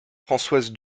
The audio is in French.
françoise